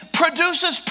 produces